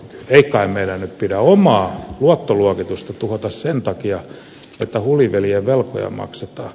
ei kai meidän nyt pidä omaa luottoluokitustamme tuhota sen takia että hulivilien velkoja maksetaan